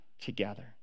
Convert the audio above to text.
together